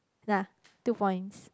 nah two points